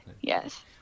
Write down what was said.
Yes